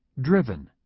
driven